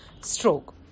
stroke